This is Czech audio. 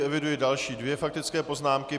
Eviduji další dvě faktické poznámky.